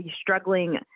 struggling